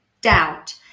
doubt